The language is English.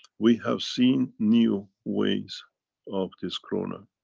we have seen new ways of this corona,